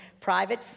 private